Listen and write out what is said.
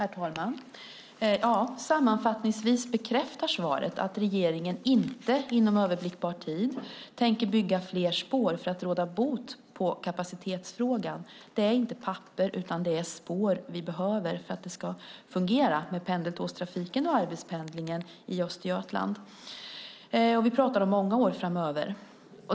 Herr talman! Sammanfattningsvis bekräftar svaret att regeringen inte inom överblickbar tid tänker bygga fler spår för att råda bot på kapacitetsfrågan. Det är inte papper utan det är spår vi behöver för att det ska fungera med pendeltågstrafiken och arbetspendlingen i Östergötland. Vi talar om många år framöver.